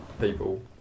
people